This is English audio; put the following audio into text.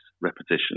repetition